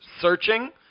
Searching